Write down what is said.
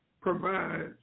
provides